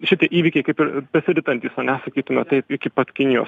šitie įvykiai kaip ir besiritantys ane sakytume taip iki pat kinijos